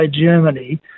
Germany